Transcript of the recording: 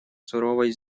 суровой